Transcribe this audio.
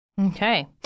Okay